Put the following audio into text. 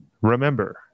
remember